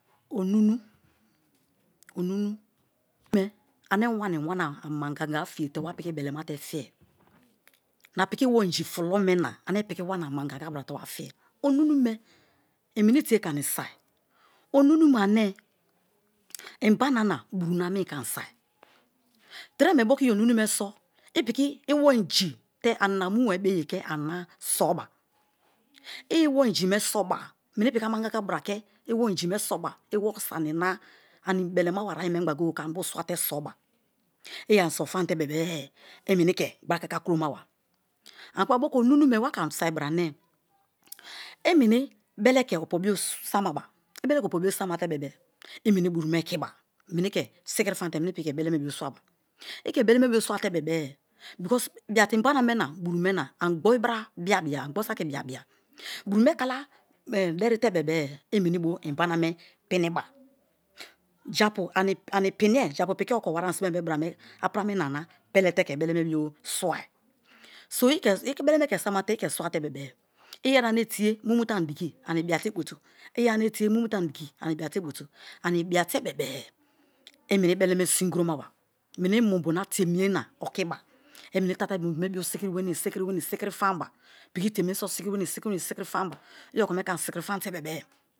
Ōnūnū, ōnunu me ane wani wana amangaga fiye te wapiki bele ma te fiye na piki iwo iriji fulo me na ane piki wana mangaga bra te wa fiye. Onūnū me i meni tie ke ani soi. Onumume ane mbana na buru na ane ike ani soi treme moku i onunu me so. i piki iwo inji ņa mu bari boye ke anina so ba. I iwo-ingi me so ba meni piki aman-gaga-a bra ke iwo ingi me soba iwo sani na, ani belemaba were ayé men gba gogeye-e ke ani bo swate sō ba. I ani so famate bebe-e i me-ni ke gboru aka-ka kuro maba mok u onumu me wa ke ani soi bra ane i meni bele ke opo bio sama ba i bele ke opo bio samate bebe-e meni buru me ekiba meni ke sikiri famte meni ke belemd biō swaba ī ke beleme bio swate bebe-e because bia te īnbana me na buru me na gbōrū brā bia-bia gboru saki bia-bia buru kala deri tr bebe-e i meni bo inibaname piniba, japu ani pinie, gapu okowa anisimai bra me apira me na anina pele te ke beleme bio swai o sō ī beleme ke samate i ke sooate bebe-e iyari ane tìye mumu te ani diki, ani biate butu, ani biate bebe-e i meni beleme sin krōmaba meni mubu na temiye na ōkība, ī meni tatari mubu me bio sikiri wenū, sikiri wenii sikiri famba piki temiye so sikiri wenii sikiri famba. I okome ke ani sikiri fam te bebe